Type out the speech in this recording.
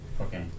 Okay